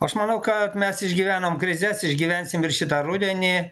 aš manau kad mes išgyvenom krizes išgyvensim ir šitą rudenį